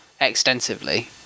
extensively